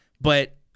But-